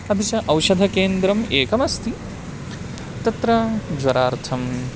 अपि च औषधकेन्द्रम् एकमस्ति तत्र ज्वरार्थं